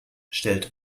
stellt